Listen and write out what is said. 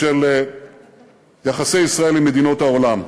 של יחסי ישראל עם מדינות העולם.